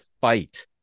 fight